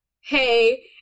hey